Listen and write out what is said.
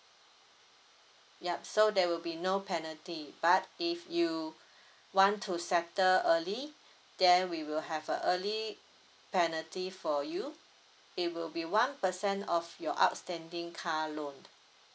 yup so there will be no penalty but if you want to settle early then we will have a early penalty for you it will be one percent of your outstanding car loan